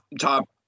top